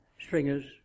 stringers